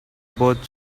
both